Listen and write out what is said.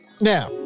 Now